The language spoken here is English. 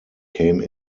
came